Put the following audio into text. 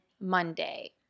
Monday